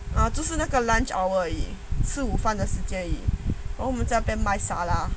ah 就是那个 lunch hour 而已吃午饭的时间而已然后我们这边